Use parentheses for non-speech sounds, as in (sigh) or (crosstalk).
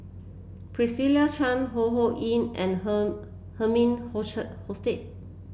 Patricia Chan Ho Ho Ying and her Herman (unintelligible) Hochstadt